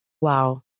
Wow